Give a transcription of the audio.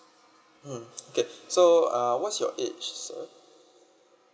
mm okay so uh what's your age sir